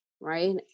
right